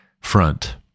front